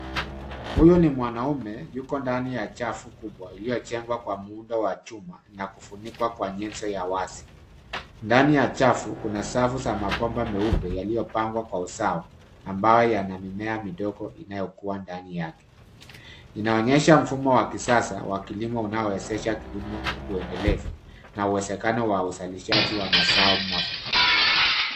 Huyo ni mwanaume yuko ndani ya chafu kubwa iliyojengwa kwa muundo wa chuma na kufunikwa kwa nyenzo ya wazi. Ndani ya chafu kuna safu za mabomba meupe yaliyopangwa kwa usawa ambayo yana mimea midogo inayokua ndani yake. Inaonyesha mfumo wa kisasa wa kilimo unaowezesha kilimo uendelevu na uwezekano wa wa uzalishaji wa mazao mwafaka.